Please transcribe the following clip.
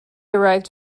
arrived